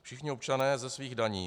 Všichni občané ze svých daní.